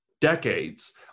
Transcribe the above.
decades